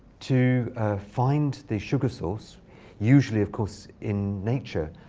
to find the sugar source usually of course, in nature,